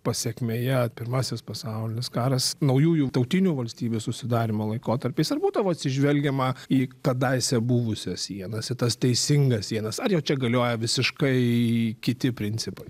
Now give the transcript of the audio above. pasekmėje pirmasis pasaulinis karas naujųjų tautinių valstybių susidarymo laikotarpiais ar būdavo atsižvelgiama į kadaise buvusias sienas į tas teisingas sienas ar jau čia galioja visiškai kiti principai